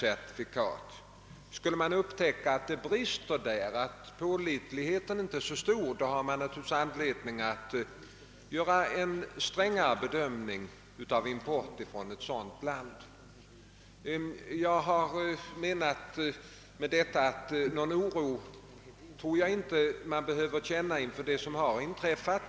Skulle man i något fall upptäcka att det brister på den punkten och att pålitligheten inte är så stor, så har man naturligtvis anledning att göra en strängare bedömning av importen från det landet. Jag tror inte att man behöver känna någon oro inför det som har inträffat.